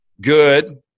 good